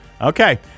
Okay